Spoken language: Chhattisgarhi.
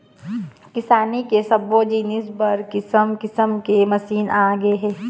किसानी के सब्बो जिनिस बर किसम किसम के मसीन आगे हे